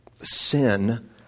sin